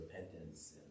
repentance